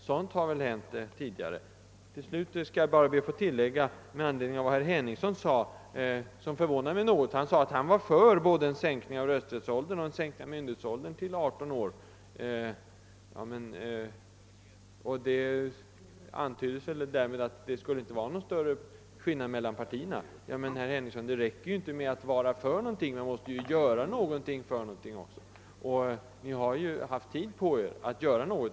Sådant har hänt tidigare. Herr Henningsson förvånade mig något genom att säga att han var för både en sänkning av rösträttsåldern och en sänkning av myndighetsåldern till 18 år. Han ville tydligen antyda att det inte skulle föreligga någon större skillnad mellan partierna. Men, herr Henningsson, det räcker inte med att vara för någonting; man måste göra någonting för det också. Ni har ju haft tid på er.